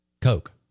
Coke